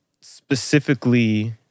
specifically